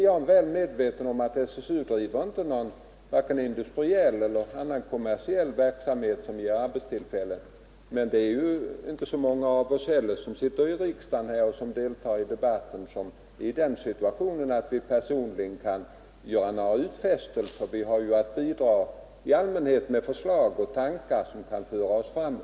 Jag är medveten om att SSU inte driver någon vare sig industriell eller annan kommersiell verksamhet som ger arbetstillfällen. Men det är inte så många av oss som sitter här i riksdagen och deltar i debatten som är i den situationen att vi personligen kan göra sådana utfästelser. Vi har ju att bidra med förslag och tankar som kan föra oss framåt.